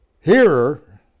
hearer